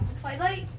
Twilight